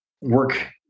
Work